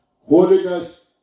holiness